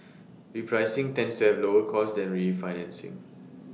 repricing tends to have lower costs than refinancing